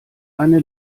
eine